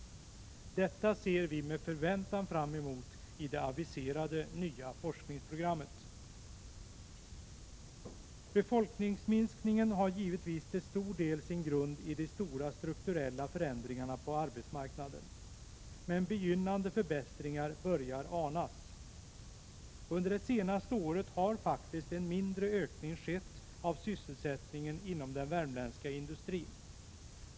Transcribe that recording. Detta ser vi med förväntan fram emot i det aviserade nya forskningsprogrammet. Befolkningsminskningen har givetvis till stor del sin grund i de stora strukturella förändringarna på arbetsmarknaden. Men begynnande förbättringar börjar anas. Under det senaste året har faktiskt en mindre ökning skett av sysselsättningen inom den värmländska industrin.